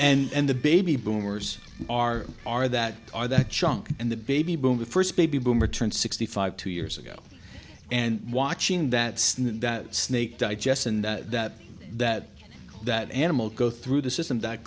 right and the baby boomers are are that are that junk and the baby boom the first baby boomer turned sixty five two years ago and watching that snake digest and that that that animal go through the system that